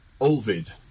Ovid